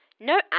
No